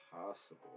possible